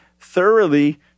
thoroughly